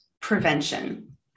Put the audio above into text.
prevention